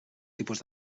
tipus